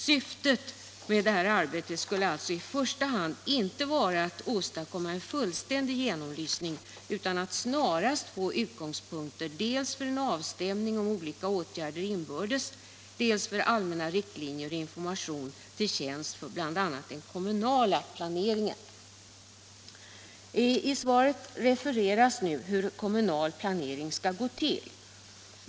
Syftet med det här arbetet skulle alltså inte i första hand vara att åstadkomma en fullständig genomlysning utan att snarast få utgångspunkter dels för en avstämning av olika åtgärder inbördes, dels för allmänna riktlinjer och information till tjänst för bl.a. den kommunala planeringen. I svaret refereras nu hur kommunal planering skall gå till.